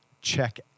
check